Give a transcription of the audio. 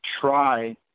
try